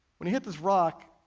when he hit this rock,